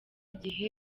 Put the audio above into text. igihe